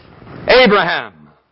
Abraham